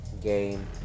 game